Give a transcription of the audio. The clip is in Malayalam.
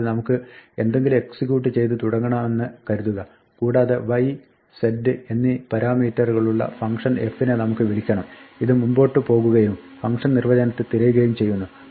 അതായത് നമുക്ക് എന്തെങ്കിലും എക്സിക്യൂട്ട് ചെയ്ത് തുടങ്ങണമെന്ന് കരുതുക കൂടാതെ y z എന്നീ പരാമീറ്ററുകളുള്ള ഫംഗ്ഷൻ f നെ നമുക്ക് വിളിക്കണം ഇത് മുമ്പോട്ട് പോകുകയും ഫംഗ്ഷൻ നിർവ്വചനത്തെ തിരയുകയും ചെയ്യുന്നു